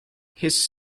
his